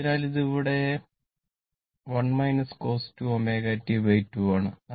അതിനാൽ ഇവിടെ ഇത് 1 cos 2 ω t2 ആണ്